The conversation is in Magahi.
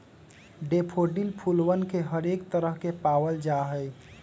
डैफोडिल फूलवन के हरेक तरह के पावल जाहई